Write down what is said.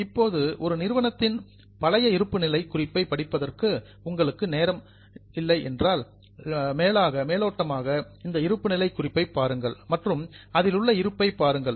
இப்போது ஒரு நிறுவனத்தின் பழைய இருப்புநிலை குறிப்பை படிப்பதற்கு உங்களுக்கு நேரமில்லை என்றால் மேலோட்டமாக இந்த இருப்புநிலைக் குறிப்பை பாருங்கள் மற்றும் அதில் உள்ள இருப்பை பாருங்கள்